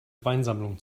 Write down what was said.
weinsammlung